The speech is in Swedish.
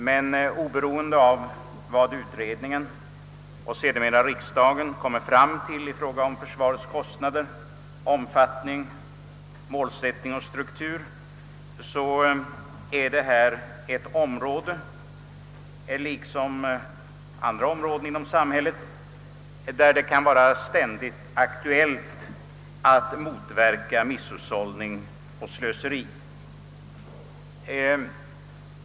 Men oberoende av vad utredningen och se dermera riksdagen kommer fram till i fråga om försvarets kostnader, omfattning, målsättning och struktur så är detta ett område liksom andra områden inom samhället där det kan vara ständigt aktuellt att motverka misshushållning och slöseri.